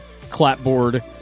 clapboard